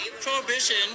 Prohibition